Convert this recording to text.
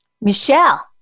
Michelle